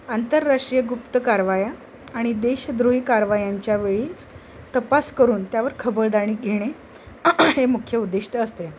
आंतरराष्ट्रीय गुप्त कारवाया आणि देशद्रोही कारवायांच्या वेळीस तपास करून त्यावर खबरदारी घेणे हे मुख्य उद्दिष्ट असते